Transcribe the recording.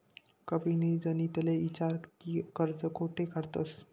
कविनी जतिनले ईचारं की कर्ज कोठे काढतंस